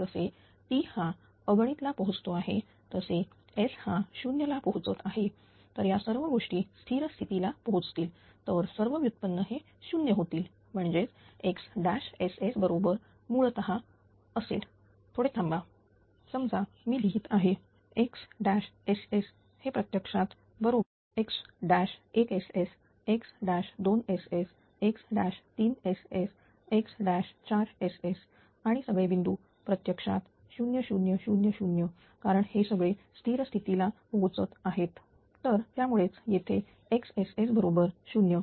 जसे t हा अगणित ला पोहोचतो आहे तसे S हा 0 ला पोहोचत आहे तर या सर्व गोष्टी स्थिर स्थिती ला पोहोचतील तर सर्व व्युत्पन्न हे शून्य होतील म्हणजेच XSS बरोबर मुळतः असेल थोडे थांबा समजा मी लिहीत आहे हेXSS हे प्रत्यक्षात बरोबर X1SS X2SS X3SS X4SS आणि सगळे बिंदू प्रत्यक्षात 0000 कारण हे सगळे स्थिर स्थिती ला पोहोचत आहेत तर त्यामुळेच येथेXSS बरोबर 0